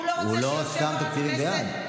הוא לא שם תקציבים בעד.